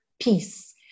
peace